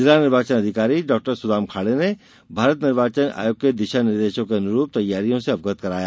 जिला निर्वाचन अधिकारी डाक्टर सुदाम खाड़े ने भारत निर्वाचन आयोग के दिशा निर्देशों के अनुरूप तैयारियों से अवगत कराया